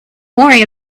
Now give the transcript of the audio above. worry